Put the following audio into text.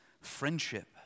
friendship